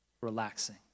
relaxing